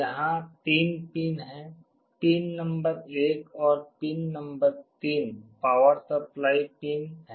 यहाँ 3 पिन हैं pin number 1 और pin number 3 power supply pin हैं